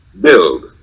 Build